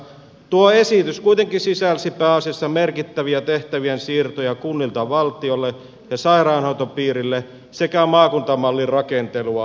tuo esitys kuitenkin sisälsi pääasiassa merkittäviä tehtäviensiirtoja kunnilta valtiolle ja sairaanhoitopiireille sekä maakuntamallin rakentelua